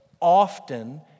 often